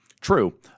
True